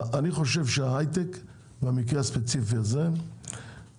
אני חושב שההיי-טק במקרה הספציפי הזה יכול